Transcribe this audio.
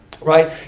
Right